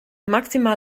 maximal